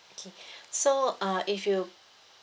okay so uh if you